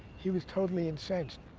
he was totally incensed.